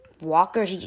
Walker